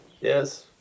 yes